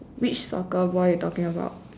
which soccer ball you talking about